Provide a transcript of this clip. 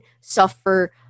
suffer